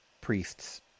priests